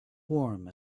warm